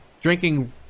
Drinking